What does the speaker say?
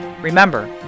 Remember